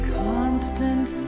constant